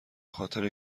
خاطر